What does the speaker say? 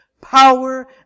power